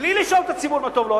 בלי לשאול את הציבור מה טוב לו.